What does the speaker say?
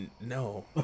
No